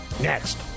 Next